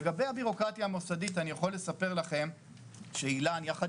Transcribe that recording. לגבי הבירוקרטיה המוסדית אני יכול לספר לכם שאילן יחד